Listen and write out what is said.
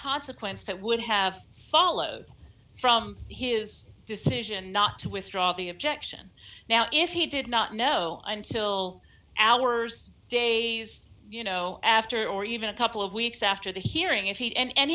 consequence that would have followed from his decision not to withdraw the objection now if he did not know until hours days you know after or even a couple of weeks after the hearing if he and